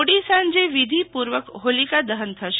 મોડી સાંજે વિધીપૂર્વક હોલીકા દહન થશે